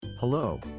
Hello